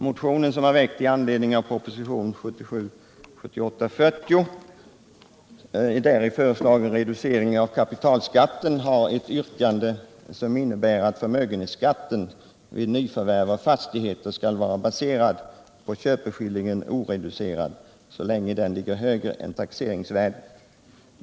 Motionen, som är väckt med anledning av den föreslagna reduceringen av kapitalskatten i propositionen 1977/78:40, har ett yrkande som innebär att förmögenhetsskatten vid nyförvärv av fastigheter skall vara baserad på köpeskillingen oreducerad, så länge den ligger högre än taxeringsvärdet.